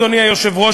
אדוני היושב-ראש,